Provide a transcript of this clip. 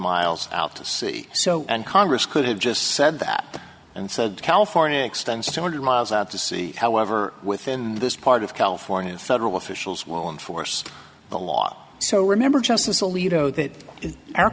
miles out to sea so and congress could have just said that and said california extends two hundred miles out to sea however within this part of california federal officials won't force the law so remember justice alito that